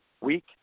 week